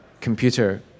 computer